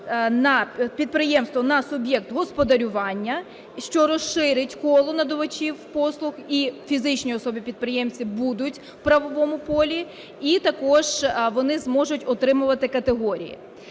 на "суб'єкт господарювання", що розширить коло надавачів послуг і фізичні особи-підприємці будуть в правовому полі, і також вони зможуть отримувати категорії.